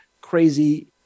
crazy